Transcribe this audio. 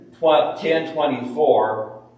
10.24